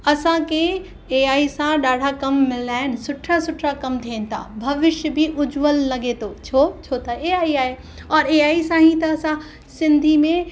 असांखे एआई सां ॾाढा कम मिला आहिनि सुठा सुठा कम थियनि था भविष्य बि उज्जवल लॻे थो छो छो त एआई आहे औरि एआई सां ई त असां सिंधी में